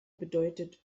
bedeutet